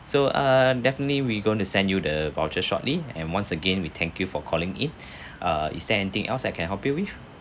so err definitely we going to send you the voucher shortly and once again we thank you for calling in uh is there anything else I can help you with